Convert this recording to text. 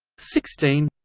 sixteen